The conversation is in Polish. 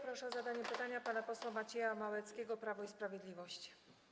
Proszę o zadanie pytania pana posła Macieja Małeckiego, Prawo i Sprawiedliwość.